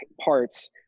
parts